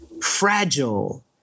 fragile